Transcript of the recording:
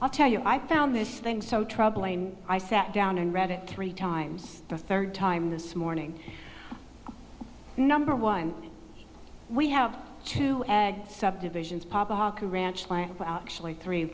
i'll tell you i found this thing so troubling i sat down and read it three times the third time this morning number one we have to add subdivisions papa